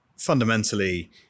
Fundamentally